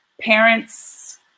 parents